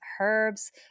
herbs